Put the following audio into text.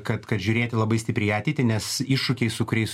kad kad žiūrėti labai stipriai į ateitį nes iššūkiai su kuriais